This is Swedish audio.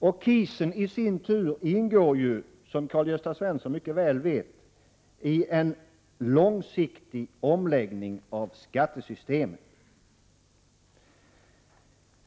KIS ingår i sin tur, som Karl-Gösta Svenson mycket väl vet, i en långsiktig omläggning av skattesystemet.